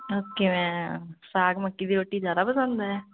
okay ma'am ਸਾਗ ਮੱਕੀ ਦੀ ਰੋਟੀ ਜ਼ਿਆਦਾ ਪਸੰਦ ਹੈ